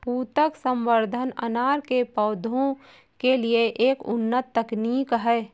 ऊतक संवर्धन अनार के पौधों के लिए एक उन्नत तकनीक है